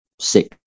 six